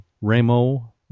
Remo